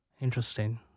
interesting